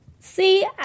See